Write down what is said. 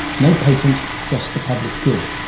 no patent, just the public good.